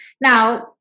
Now